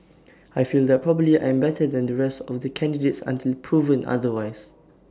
I feel that probably I am better than the rest of the candidates until proven otherwise